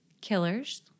killers